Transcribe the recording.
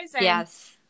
Yes